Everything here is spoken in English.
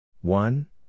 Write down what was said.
One